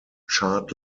chart